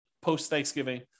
post-Thanksgiving